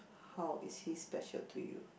how is he special to you